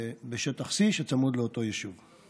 בשטח C, שצמוד לאותו יישוב.